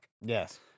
Yes